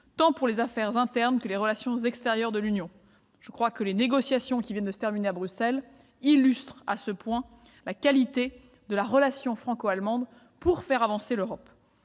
tant pour les affaires internes que pour les relations extérieures de l'Union- les négociations qui viennent de se terminer à Bruxelles illustrent la qualité de la relation franco-allemande pour faire avancer l'Europe.